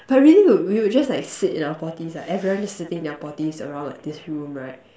but really we would just like sit in our potties right everyone just sitting in their potties around like this room right